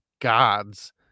gods